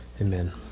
Amen